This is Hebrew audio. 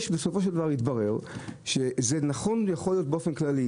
בסופו של דבר התברר שזה יכול להיות נכון באופן כללי,